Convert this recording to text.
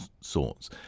sorts